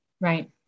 right